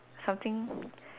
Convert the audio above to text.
something